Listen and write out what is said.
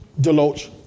Deloach